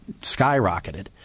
skyrocketed